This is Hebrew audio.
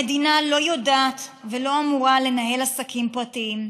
המדינה לא יודעת, ולא אמורה, לנהל עסקים פרטיים,